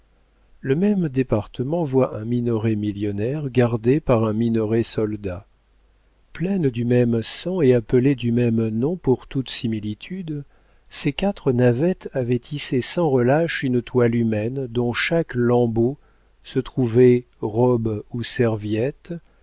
le même département voit un minoret millionnaire gardé par un minoret soldat pleines du même sang et appelées du même nom pour toute similitude ces quatre navettes avaient tissé sans relâche une toile humaine dont chaque lambeau se trouvait robe ou serviette